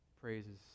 praises